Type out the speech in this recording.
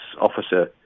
officer